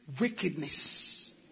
wickedness